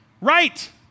right